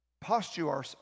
Posture